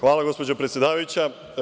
Hvala, gospođo predsedavajuća.